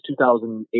2008